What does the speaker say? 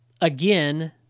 again